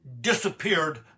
disappeared